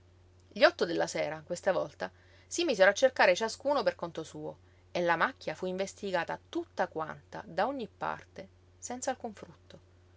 gli otto della sera questa volta si misero a cercare ciascuno per conto suo e la macchia fu investigata tutta quanta da ogni parte senza alcun frutto